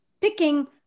picking